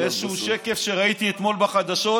במקרה צילמתי פה איזשהו שקף שראיתי אתמול בחדשות,